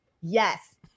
Yes